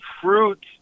fruit